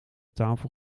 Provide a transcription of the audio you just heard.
tafel